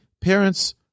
parents